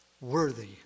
worthy